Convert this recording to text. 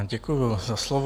Děkuji za slovo.